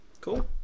cool